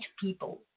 people